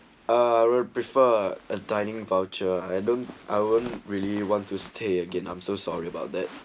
ah prefer a dining voucher I don't I won't really want to stay again I'm so sorry about that